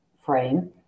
frame